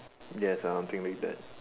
yes something like that